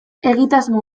egitasmo